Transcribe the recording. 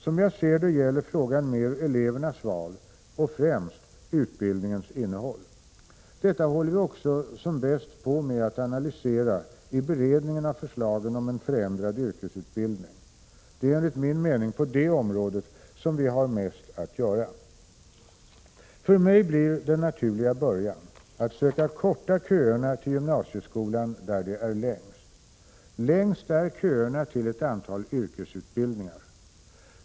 Som jag ser det gäller frågan mer elevernas val och — främst — utbildningens innehåll. Detta håller vi också som bäst på med att analysera i beredningen av förslagen om en förändrad yrkesutbildning. Det är enligt min mening på det området som vi har mest att göra. För mig blir den naturliga början att söka korta köerna till gymnasieskolan där de är längst. Längst är köerna till ett antal yrkesutbildningar.